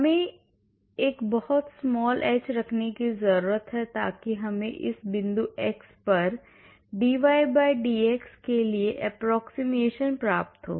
हमें एक बहुत small h रखने की जरूरत है ताकि हमें इस बिंदु x पर dydx के लिए approximationप्राप्त हो